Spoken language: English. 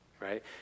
right